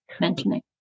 mentioning